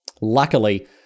luckily